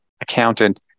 accountant